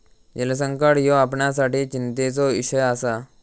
जलसंकट ह्यो आपणासाठी चिंतेचो इषय आसा